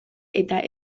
eta